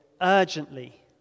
urgently